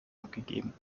abgegeben